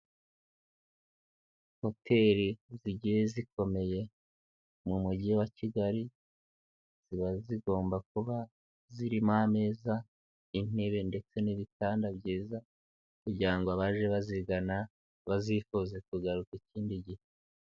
Hoteli zigiye zikomeye mu mujyi wa Kigali, ziba zigomba kuba zirimo ameza, intebe ndetse n'ibitanda byiza kugira ngo abaje bazigana bazifuze kugaruka ikindi gihe.